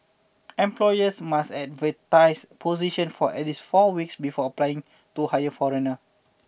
employers must advertise positions for at least four weeks before applying to hire foreigner